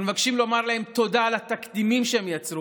אנחנו מבקשים לומר להם תודה על התקדימים שהם יצרו.